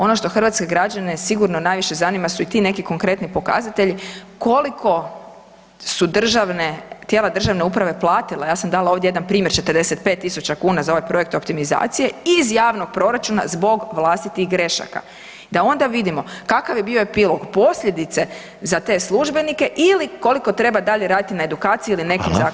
Ono što hrvatske građane sigurno najviše zanima su i ti neki konkretni pokazatelji koliko su tijela državne uprave platila, ja sam dala ovdje jedan primjer, 45 000 kn za ovaj projekt optimizacije iz javnog proračuna zbog vlastitih grešaka, sa onda vidimo kakav je bio epilog posljedice za te službenike i li koliko treba dalje raditi na edukaciji ili nekim zakonskim izmjenama.